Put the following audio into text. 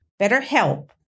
BetterHelp